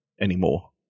anymore